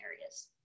areas